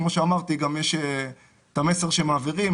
כפי שאמרתי, יש המסר שמעבירים.